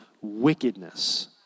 wickedness